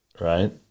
right